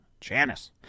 janice